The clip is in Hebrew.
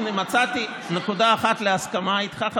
הינה מצאתי נקודה אחת להסכמה איתך,